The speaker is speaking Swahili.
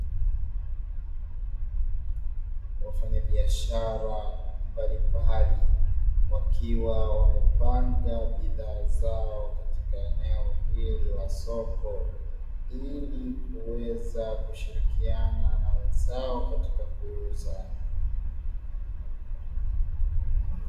Wafanyabiashara mbalimbali, wakiwa wamepanga bidhaa zao katika eneo hili la soko ili kuweza kushirikiana na wenzao katika kuuza.